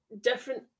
different